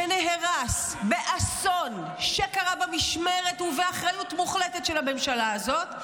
שנהרס באסון שקרה במשמרת ובאחריות מוחלטת של הממשלה הזאת,